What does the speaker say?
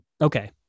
Okay